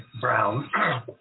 Brown